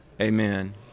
Amen